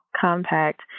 compact